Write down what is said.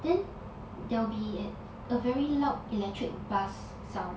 then there will be a very loud electric buzz sound